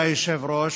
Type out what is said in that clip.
היושב-ראש,